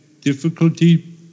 difficulty